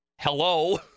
hello